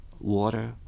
water